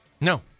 No